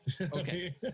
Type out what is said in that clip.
Okay